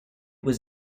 was